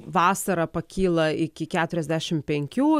vasarą pakyla iki keturiasdešimt penkių